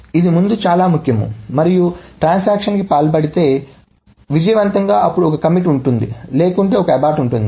ఇది ముందు చాలా ముఖ్యం మరియు ట్రాన్సాక్షన్ కి పాల్పడితే విజయవంతంగా అప్పుడు ఒక కమిట్ T ఉంటుంది లేకుంటే ఒక abort T ఉంటుంది